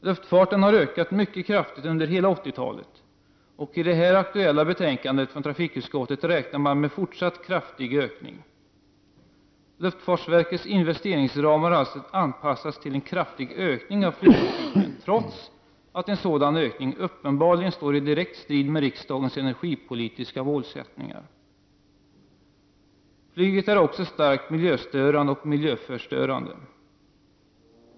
Luftfarten har ökat mycket kraftigt under hela 80-talet, och i det här aktuella betänkandet från trafikutskottet räknar man med en fortsatt kraftig ökning. Luftfartsverkets investeringsramar har alltså anpassats till en kraftig ökning av flygtrafiken, trots att en sådan ökning uppenbarligen står i direkt strid med riksdagens energipolitiska målsättningar. Flyget är också starkt miljöstörande och miljöförstörande.